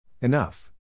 Enough